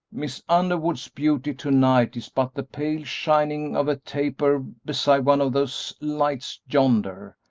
miss underwood's beauty to-night is but the pale shining of a taper beside one of those lights yonder,